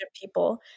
people